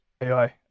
AI